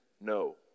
No